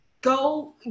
Go